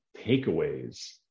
takeaways